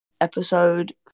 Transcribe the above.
episode